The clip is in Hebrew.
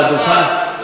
על הדוכן,